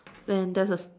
and there's a